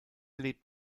lebt